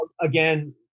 again